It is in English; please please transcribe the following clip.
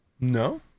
No